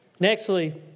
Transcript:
Nextly